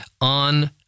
on